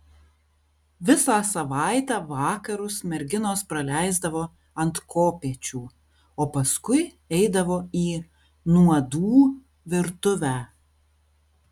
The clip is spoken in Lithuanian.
visą savaitę vakarus merginos praleisdavo ant kopėčių o paskui eidavo į nuodų virtuvę